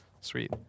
Sweet